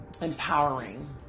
empowering